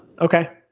okay